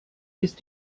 ist